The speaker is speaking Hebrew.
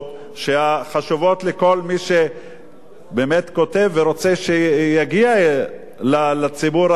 חשובות לכל מי שכותב ורוצה שזה יגיע לציבור הקוראים,